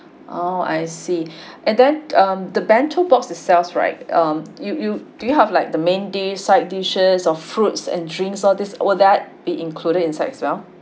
oh I see and then um the bento box itself right um you you do you have like the main dish side dishes or fruits and drinks all this or that be included inside as well